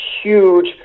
huge